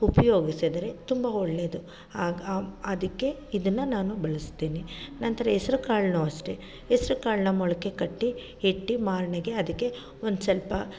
ಉಪಯೋಗಿಸಿದರೆ ತುಂಬ ಒಳ್ಳೆಯದು ಆಗ ಅದಕ್ಕೆ ಇದನ್ನು ನಾನು ಬಳಸ್ತೀನಿ ನಂತರ ಹೆಸ್ರು ಕಾಳನ್ನು ಅಷ್ಟೆ ಹೆಸ್ರು ಕಾಳನ್ನ ಮೊಳಕೆ ಕಟ್ಟಿ ಇಟ್ಟು ಮಾರನೆಗೆ ಅದಕ್ಕೆ ಒಂದು ಸ್ವಲ್ಪ